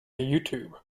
youtube